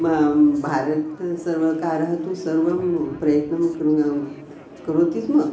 मां भारतसर्वकारः तु सर्वं प्रयत्नं करोति स्म